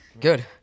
Good